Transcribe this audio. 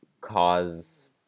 cause